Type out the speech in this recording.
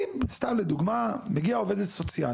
כל העוולות ידועות, כואבות, מזעזעות.